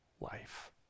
life